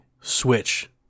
Switch